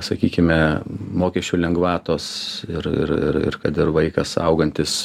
sakykime mokesčių lengvatos ir ir ir kad ir vaikas augantis